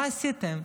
מה עשיתם?